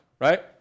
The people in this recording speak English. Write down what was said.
right